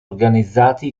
organizzati